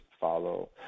follow